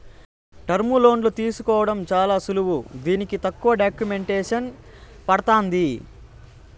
టర్ములోన్లు తీసుకోవడం చాలా సులువు దీనికి తక్కువ డాక్యుమెంటేసన్ పడతాంది